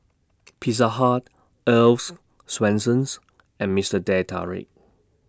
Pizza Hut Earl's Swensens and Mister Teh Tarik